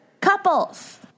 couples